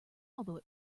although